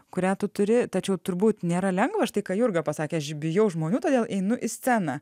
kurią tu turi tačiau turbūt nėra lengva štai ką jurga pasakė aš bijau žmonių todėl einu į sceną